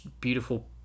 beautiful